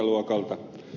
luokalta